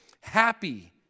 happy